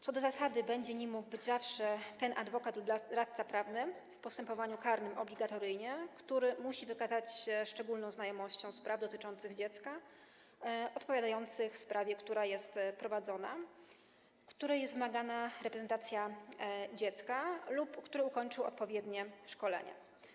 Co do zasady będzie mógł być nim zawsze adwokat lub radca prawny, w postępowaniu karnym obligatoryjnie, który musi wykazać się szczególną znajomością spraw dotyczących dziecka, odpowiadających sprawie, która jest prowadzona, w której jest wymagana reprezentacja dziecka, lub który ukończył odpowiednie szkolenie.